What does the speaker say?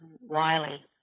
Wiley